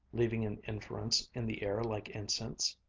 leaving an inference in the air like incense.